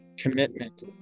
commitment